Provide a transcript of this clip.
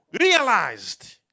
realized